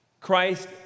Christ